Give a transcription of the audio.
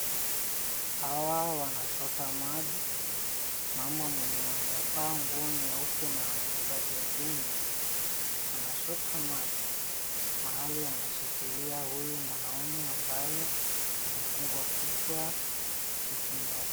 Hawa wanachota maji. Mama mwenye amevaa nguo nyeupe na amebeba jerikeni, anachota maji mahali anashikilia huyu manaume ambaye amefungwa kichwa kitu nyeupe.